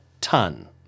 ton